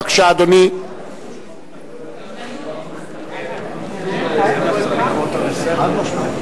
בבקשה, אדוני.